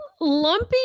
lumpy